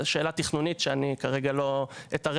זו שאלה תכנונית שאני כרגע לא אתערב